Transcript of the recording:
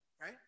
right